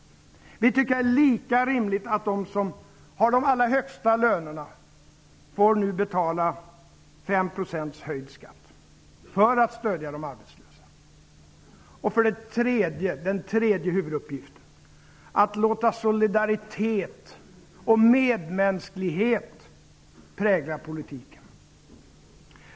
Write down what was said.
Vi tycker att det är lika rimligt att de som har de allra högsta lönerna får betala 5 % höjd skatt för att stödja de arbetslösa. 3. Att låta solidaritet och medmänsklighet prägla politiken.